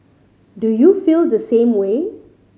do you feel the same way